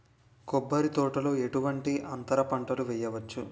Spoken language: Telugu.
కొబ్బరి తోటలో ఎటువంటి అంతర పంటలు వేయవచ్చును?